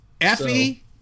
Effie